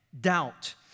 doubt